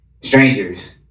strangers